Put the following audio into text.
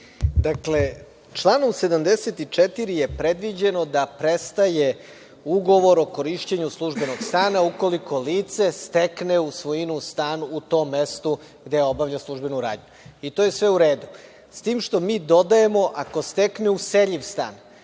Dakle, članom 74. je predviđeno da prestaje ugovor o korišćenju službenog stana ukoliko lice stekne u svojinu stan u tom mestu gde obavlja službenu radnju. To je sve u redu. S tim što mi dodajemo – ako stekne useljiv stan.